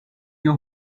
you